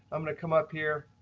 i'm going to come up here.